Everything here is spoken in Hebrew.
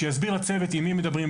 שיסביר לצוות עם מי הם מדברים,